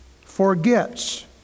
forgets